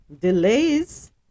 delays